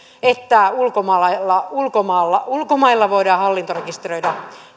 että ulkomailla ulkomailla voidaan hallintarekisteröidä